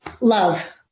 Love